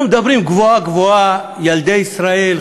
אנחנו מדברים גבוהה-גבוהה: ילדי ישראל,